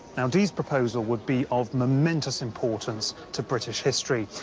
now, dee's proposal would be of momentous importance to british history.